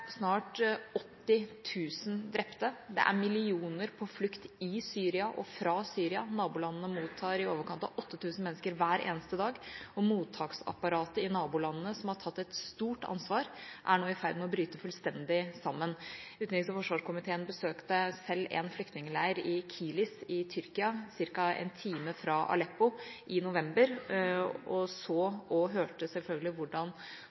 snart 80 000 drepte, det er millioner på flukt i Syria og fra Syria. Nabolandene mottar i overkant av 8 000 mennesker hver eneste dag, og mottaksapparatet i nabolandene, som har tatt et stort ansvar, er nå i ferd med å bryte fullstendig sammen. Utenriks- og forsvarskomiteen besøkte selv en flyktningeleir i Kilis i Tyrkia, ca. en time fra Aleppo, i november, og så og hørte, selvfølgelig, hvordan